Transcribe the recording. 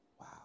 Wow